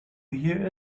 hear